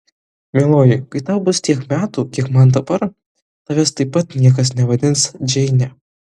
mieloji kai tau bus tiek metų kiek man dabar tavęs taip pat niekas nevadins džeine